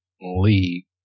league